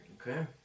Okay